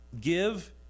Give